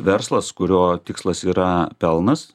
verslas kurio tikslas yra pelnas